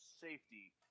Safety